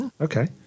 Okay